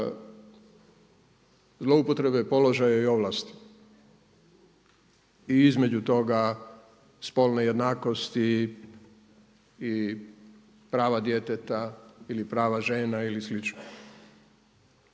zloupotrebe položaja i ovlasti i između toga spolne jednakosti i prava djeteta ili prava žena ili